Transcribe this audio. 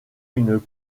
une